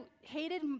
hated